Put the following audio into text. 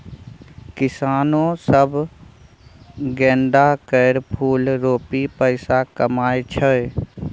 किसानो सब गेंदा केर फुल रोपि पैसा कमाइ छै